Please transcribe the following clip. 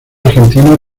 argentina